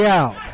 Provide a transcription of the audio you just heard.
out